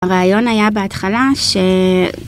הרעיון היה בהתחלה ש...